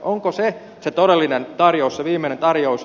onko se se todellinen viimeinen tarjous